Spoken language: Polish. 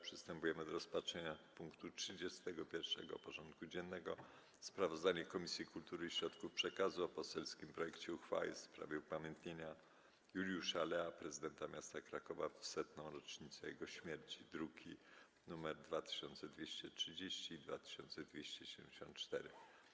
Przystępujemy do rozpatrzenia punktu 31. porządku dziennego: Sprawozdanie Komisji Kultury i Środków Przekazu o poselskim projekcie uchwały w sprawie upamiętnienia Juliusza Lea, Prezydenta Miasta Krakowa w 100-rocznicę Jego śmierci (druki nr 2230 i 2274)